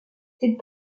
ces